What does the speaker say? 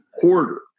hoarder